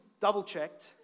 double-checked